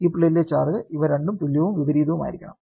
ഈ പ്ലേറ്റിലെ ചാർജ് ഇവ രണ്ടും തുല്യവും വിപരീതവുമായിരിക്കണം